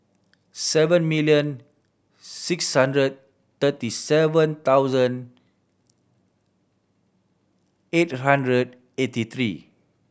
seven million six hundred thirty seven thousand eight hundred eighty three